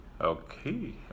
Okay